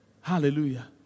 Hallelujah